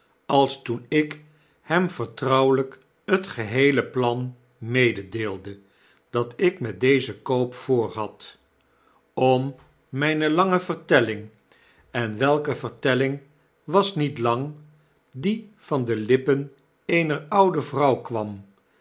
als toen ik hem vertrouwelyk het feheele plan mededeelde dat ik met dezen oop voorhad om myne lange vertelling en welkevertelling was niet lang die van de lippen eener oude vrouw kwam